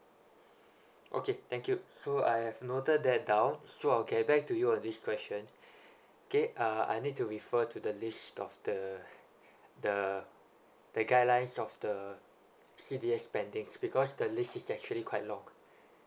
okay thank you so I have noted that down so I'll get back to you on this question okay I need to refer to the list of the the the guidelines of the C_D_A spendings because the list is actually quite log